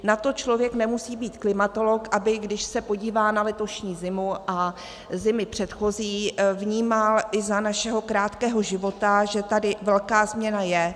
Na to člověk nemusí být klimatolog, aby když se podívá na letošní zimu a zimy předchozí, vnímal i za našeho krátkého života, že tady velká změna je.